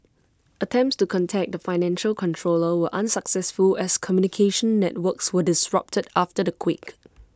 attempts to contact the financial controller were unsuccessful as communication networks were disrupted after the quake